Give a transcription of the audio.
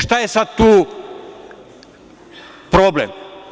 Šta je sada tu problem?